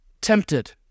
Tempted